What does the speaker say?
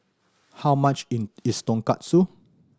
how much in is Tonkatsu